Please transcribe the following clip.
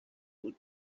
بود